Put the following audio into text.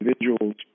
individuals